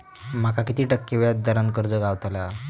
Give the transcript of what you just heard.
माका किती टक्के व्याज दरान कर्ज गावतला?